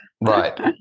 Right